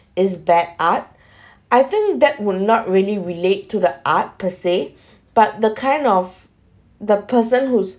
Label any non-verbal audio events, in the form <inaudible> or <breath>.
is bad art <breath> I think that would not really relate to the art per se but the kind of the person who's